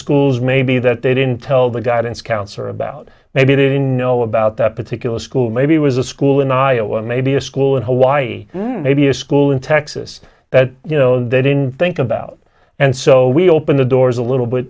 schools maybe that they didn't tell the guidance counselor about maybe didn't know about that particular school maybe was a school in iowa or maybe a school in hawaii and maybe a school in texas that you know they didn't think about and so we open the doors a little bit